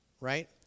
right